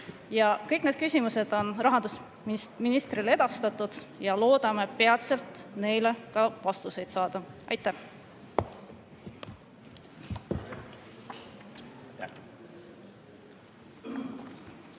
Kõik need küsimused on rahandusministrile edastatud ja loodame peatselt neile ka vastuseid saada. Aitäh!